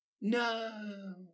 No